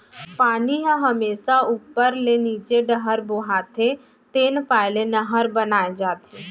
पानी ह हमेसा उप्पर ले नीचे डहर बोहाथे तेन पाय ले नहर बनाए जाथे